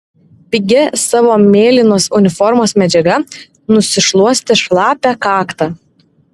pigia savo mėlynos uniformos medžiaga nusišluostė šlapią kaktą